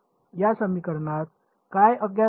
या समीकरणात काय अज्ञात आहे